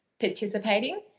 participating